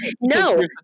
No